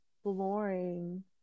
exploring